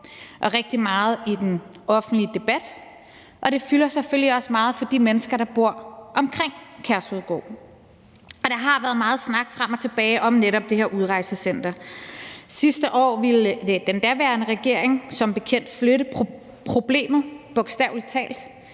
og rigtig meget i den offentlige debat, og det fylder selvfølgelig også meget for de mennesker, der bor omkring Kærshovedgård, og der har været meget snak frem og tilbage om netop det her udrejsecenter. Sidste år ville den daværende regering som bekendt flytte problemet, bogstavelig talt,